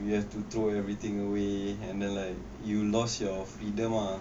you have to throw everything away and then like you lost your rhythm ah